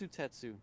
Tetsu